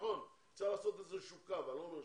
נכון, צריך לעשות איזשהו קו, אני לא אומר שלא,